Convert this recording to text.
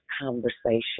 conversation